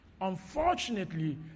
Unfortunately